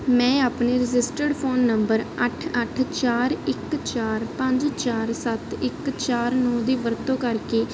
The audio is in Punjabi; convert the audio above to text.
ਮੈਂ ਆਪਣੇ ਰਜਿਸਟਰਡ ਫ਼ੋਨ ਨੰਬਰ ਅੱਠ ਅੱਠ ਚਾਰ ਇੱਕ ਚਾਰ ਪੰਜ ਚਾਰ ਸੱਤ ਇੱਕ ਚਾਰ ਨੌਂ ਦੀ ਵਰਤੋਂ ਕਰਕੇ